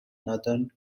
northern